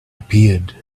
appeared